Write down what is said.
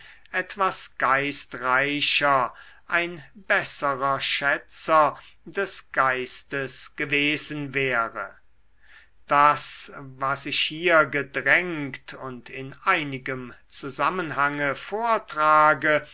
etwas geistreicher ein besserer schätzer des geistes gewesen wäre das was ich hier gedrängt und in einigem zusammenhange vortrage